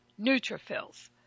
neutrophils